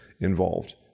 involved